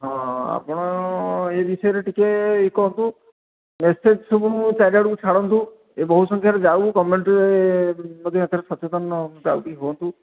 ହଁ ଆପଣ ଏ ବିଷୟରେ ଟିକିଏ ଇଏ କରନ୍ତୁ ମେସେଜ୍ ସବୁ ମୁଁ ଚାରିଆଡ଼କୁ ଛାଡ଼ନ୍ତୁ ଏ ବହୁ ସଂଖ୍ୟାରେ ଯାଉ ଗଭମେଣ୍ଟ୍ ମଧ୍ୟ ଏଥିରେ ସଚେତନ ଆଉ ଟିକିଏ ହୁଅନ୍ତୁ